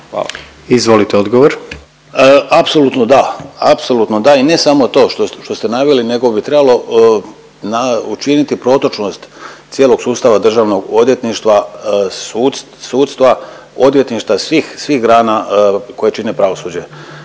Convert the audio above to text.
Ivan** Apsolutno da, apsolutno da i ne samo to što ste naveli nego bi trebali učiniti protočnost cijelog sustava državnog odvjetništva sudstva, odvjetništva svih grana koje čine pravosuđe.